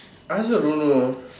I also don't know